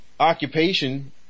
Occupation